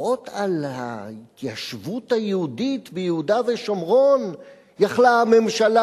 לפחות על ההתיישבות היהודית ביהודה ושומרון היתה הממשלה